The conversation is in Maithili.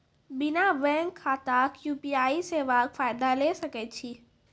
बिना बैंक खाताक यु.पी.आई सेवाक फायदा ले सकै छी?